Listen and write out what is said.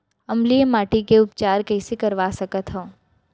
अम्लीय माटी के उपचार कइसे करवा सकत हव?